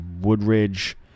Woodridge